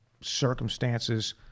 circumstances